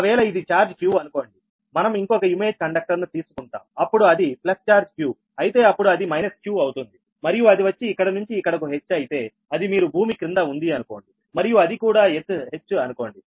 ఒకవేళ ఇది charge q అనుకోండిమనం ఇంకొక ఇమేజ్ కండక్టర్ను తీసుకుంటాం అప్పుడు అది ప్లస్ ఛార్జ్ q అయితే అప్పుడు అది మైనస్ q అవుతుంది మరియు అది వచ్చి ఇక్కడ నుంచి ఇక్కడకు h అయితే అది మీరు భూమి క్రింద ఉంది అనుకోండి మరియు అది కూడా ఎత్తు h అనుకోండి